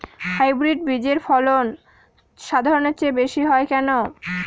Hybrid বীজের ফলন সাধারণের চেয়ে বেশী হয় কেনো?